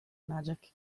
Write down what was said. magic